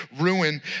ruin